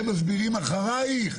והם מסבירים אחריך.